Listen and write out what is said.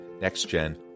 Next-Gen